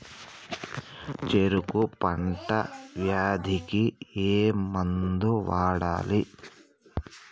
చెరుకు పంట వ్యాధి కి ఏ మందు వాడాలి?